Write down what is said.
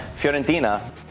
Fiorentina